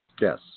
Yes